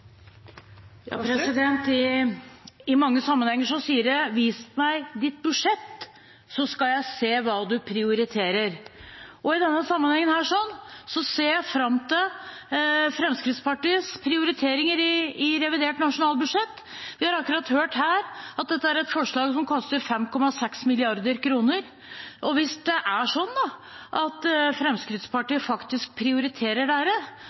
avkortingen. I mange sammenhenger sies det: Vis meg ditt budsjett, så skal jeg se hva du prioriterer. I denne sammenhengen ser jeg fram til Fremskrittspartiets prioriteringer i revidert nasjonalbudsjett. Vi har akkurat hørt her at dette er et forslag som koster 5,6 mrd. kr. Jeg så ingenting om det i deres alternative budsjett for i år, så hvis det er sånn at Fremskrittspartiet faktisk prioriterer